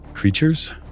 creatures